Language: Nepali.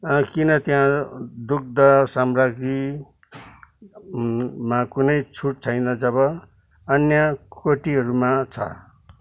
किन त्यहाँ दुध सामग्रीमा कुनै छुट छैन जब अन्य कोटीहरूमा छ